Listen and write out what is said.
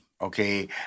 okay